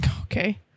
Okay